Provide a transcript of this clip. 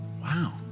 wow